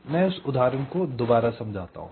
मैं इस उदाहरण को दोबारा समझाता हूँ